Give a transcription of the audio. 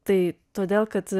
tai todėl kad